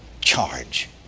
charge